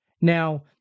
Now